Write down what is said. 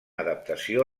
adaptació